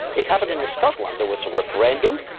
it happened in scotland. there was a referendum,